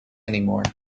anymore